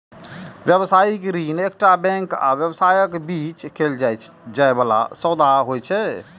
व्यावसायिक ऋण एकटा बैंक आ व्यवसायक बीच कैल जाइ बला सौदा होइ छै